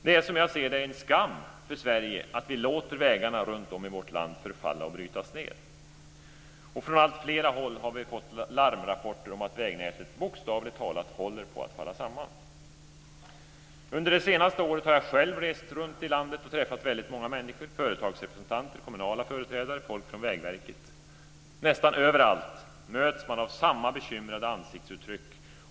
Det är som jag ser det en skam för Sverige att vi låter vägarna runtom i vårt land förfalla och brytas ned. Från alltfler håll har vi fått larmrapporter om att vägnätet bokstavligt talat håller på att falla samman. Under det senaste året har jag själv rest runt i landet och träffat väldigt många människor: företagsrepresentanter, kommunala företrädare och folk från Vägverket. Nästan överallt möts jag av samma bekymrade ansiktsuttryck.